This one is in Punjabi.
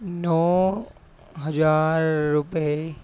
ਨੌਂ ਹਜ਼ਾਰ ਰੁਪਏ